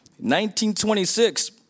1926